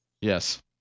Yes